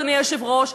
אדוני היושב-ראש,